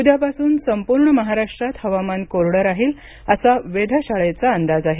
उद्यापासून संपूर्ण महाराष्ट्रात हवामान कोरडं राहील असा वेधशाळेचा अंदाज आहे